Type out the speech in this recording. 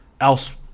else